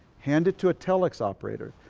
hand it to a telex operator,